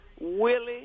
Willie